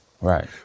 Right